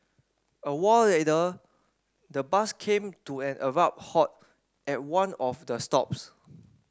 a while later the bus came to an abrupt halt at one of the stops